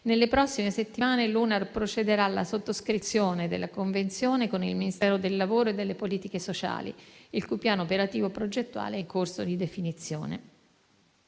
nelle prossime settimane l'UNAR procederà alla sottoscrizione della convenzione con il Ministero del lavoro e delle politiche sociali, il cui piano operativo e progettuale è in corso di definizione.